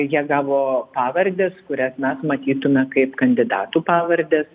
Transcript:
jie gavo pavardes kurias mes matytume kaip kandidatų pavardes